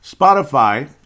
Spotify